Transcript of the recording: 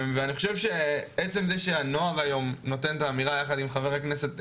אני חושב שעצם זה שהנוער היום נותן את האמירה יחד עם חבר הכנסת,